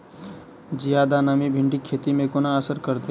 जियादा नमी भिंडीक खेती केँ कोना असर करतै?